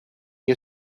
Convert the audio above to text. you